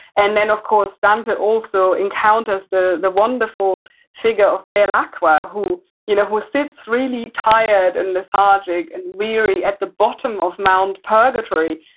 and then, of course, donta also encounters the the wonderful figure of belacra, who you know who sits really tired and lethargic and weary at the bottom of mount purgatory.